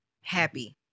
happy